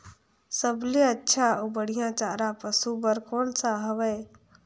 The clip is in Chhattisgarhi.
सबले अच्छा अउ बढ़िया चारा पशु बर कोन सा हवय?